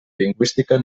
lingüística